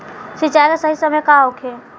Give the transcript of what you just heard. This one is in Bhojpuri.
सिंचाई के सही समय का होखे?